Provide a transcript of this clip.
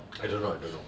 I don't know I don't know